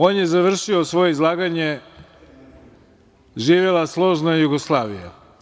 On je završio svoje izlaganje - živela složna Jugoslavija.